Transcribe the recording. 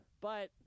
But-